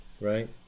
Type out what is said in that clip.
right